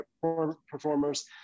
performers